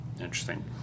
Interesting